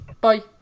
Bye